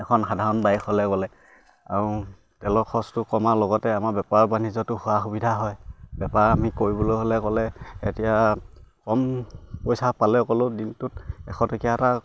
এখন সাধাৰণ বাইক হ'লে গ'লে আৰু তেলৰ খৰচটো কমাৰ লগতে আমাৰ বেপাৰ বাণিজ্যটো সা সুবিধা হয় বেপাৰ আমি কৰিবলৈ হ'লে গ'লে এতিয়া কম পইচা পালে ক'লেও দিনটোত এশ টকীয়া এটা